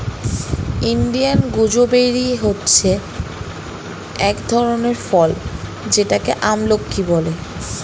Indian gooseberry হচ্ছে এক ধরনের ফল যেটাকে আমলকি বলে